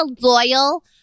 loyal